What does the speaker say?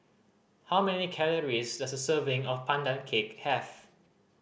how many calories does a serving of Pandan Cake have